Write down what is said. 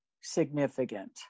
significant